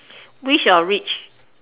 wish you're rich